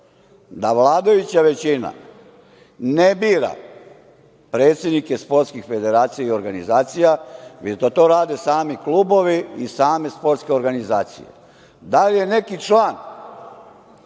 da vladajuća većina ne bira predsednike sportskih federacija i organizacija, već da to rade sami klubovi i same sportske organizacija. Da li je neki član